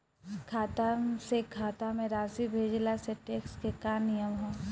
खाता से खाता में राशि भेजला से टेक्स के का नियम ह?